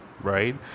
right